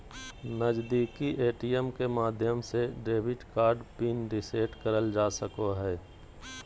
नजीदीकि ए.टी.एम के माध्यम से डेबिट कार्ड पिन रीसेट करल जा सको हय